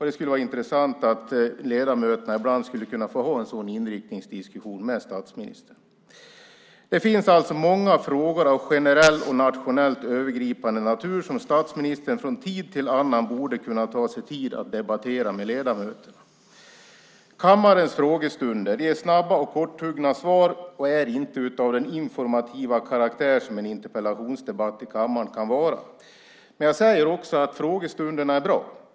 Det skulle vara intressant om ledamöterna ibland kunde få ha en sådan inriktningsdiskussion med statsministern. Det finns alltså många frågor av nationell och generellt övergripande natur som statsministern från tid till annan borde kunna ta sig tid att debattera med ledamöterna. Kammarens frågestunder ger snabba och korthuggna svar och är inte av den informativa karaktär som en interpellationsdebatt i kammaren kan vara. Men jag säger också att frågestunderna är bra.